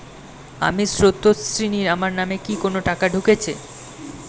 আমি স্রোতস্বিনী, আমার নামে কি কোনো টাকা ঢুকেছে?